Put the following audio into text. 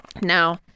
Now